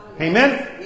Amen